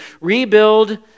rebuild